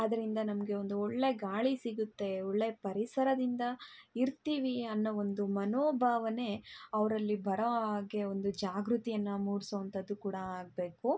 ಅದರಿಂದ ನಮಗೆ ಒಂದು ಒಳ್ಳೆಯ ಗಾಳಿ ಸಿಗುತ್ತೆ ಒಳ್ಳೆಯ ಪರಿಸರದಿಂದ ಇರ್ತೀವಿ ಅನ್ನೋ ಒಂದು ಮನೋಭಾವನೆ ಅವರಲ್ಲಿ ಬರೋ ಹಾಗೆ ಒಂದು ಜಾಗೃತಿಯನ್ನು ಮೂಡ್ಸುವಂಥದ್ದು ಕೂಡ ಆಗಬೇಕು